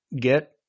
get